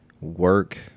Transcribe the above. work